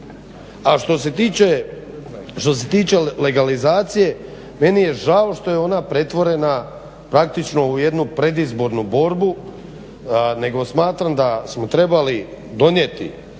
a što se tiče legalizacije meni je žao što je ona pretvorena praktično u jednu predizbornu borbu, nego smatram da smo trebali donijeti.